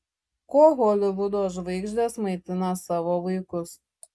kuo holivudo žvaigždės maitina savo vaikus